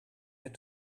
had